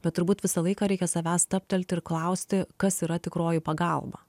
bet turbūt visą laiką reikia savęs stabtelti ir klausti kas yra tikroji pagalba